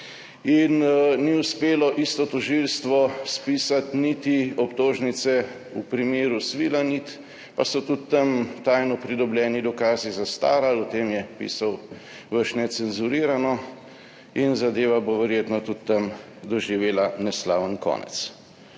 ni uspelo spisati niti obtožnice v primeru Svilanit, pa so tudi tam tajno pridobljeni dokazi zastarali, o tem je pisal vaš Necenzurirano, in zadeva bo verjetno tudi tam doživela neslaven konec.